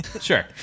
Sure